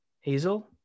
hazel